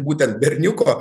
būtent berniuko